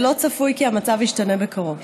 ולא צפוי כי המצב ישתנה בקרוב.